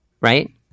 right